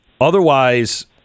Otherwise